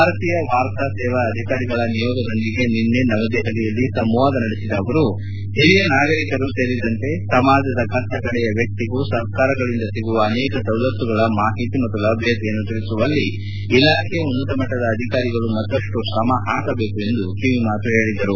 ಭಾರತೀಯ ವಾರ್ತಾ ಸೇವಾ ಅಧಿಕಾರಿಗಳ ನಿಯೋಗದೊಂದಿಗೆ ನಿನ್ನೆ ನವದೆಹಲಿಯಲ್ಲಿ ಮಾತುಕತೆ ನಡೆಸಿದ ಅವರು ಓರಿಯ ನಾಗರಿಕರು ಸೇರಿದಂತೆ ಸಮಾಜದ ಕಟ್ಟಕಡೆಯ ವ್ಯಕ್ತಿಗೂ ಸರ್ಕಾರಗಳಿಂದ ಸಿಗುವ ಅನೇಕ ಸವಲತ್ತುಗಳ ಮಾಹಿತಿ ಮತ್ತು ಲಭ್ಯತೆಯನ್ನು ತಿಳಿಸುವಲ್ಲಿ ಇಲಾಖೆಯ ಉನ್ನತ ಮಟ್ಟದ ಅಧಿಕಾರಿಗಳು ಮತ್ತಷ್ಟು ಶ್ರಮ ಹಾಕಬೇಕು ಎಂದು ಕಿವಿಮಾತು ಹೇಳಿದರು